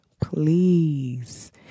please